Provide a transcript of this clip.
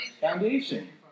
Foundation